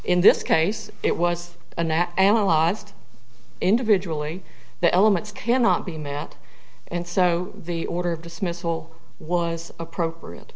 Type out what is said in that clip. in this case it was and that analyzed individually the elements cannot be met and so the order of dismissal was appropriate